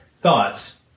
thoughts